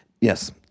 Yes